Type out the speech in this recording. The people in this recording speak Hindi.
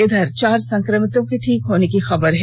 इधर चार संक्रमितों के ठीक होने की खबर आई है